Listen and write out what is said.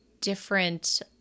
different